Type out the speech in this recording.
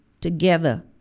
together